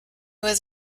was